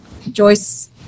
Joyce